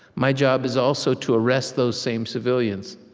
my job is also to arrest those same civilians.